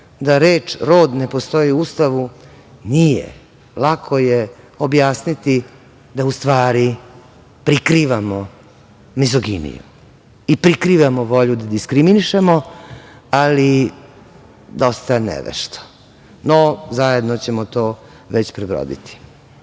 da reč rod ne postoji u Ustavu, nije. Lako je objasniti da u stvara prikrivamo mizoginiju i prikrivamo volju da diskriminišemo, ali dosta nevešto. No, zajedno ćemo to već prebroditi.